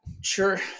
Sure